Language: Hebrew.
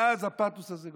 ואז הפתוס הזה גדל.